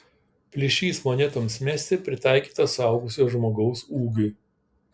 plyšys monetoms mesti pritaikytas suaugusio žmogaus ūgiui